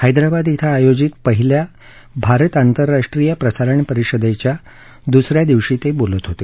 हैदराबाद धिं आयोजित पहिल्या भारत आंतरराष्ट्रीय प्रसारण परिषदेच्या आज दुसऱ्या दिवशी ते बोलत होते